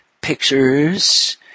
pictures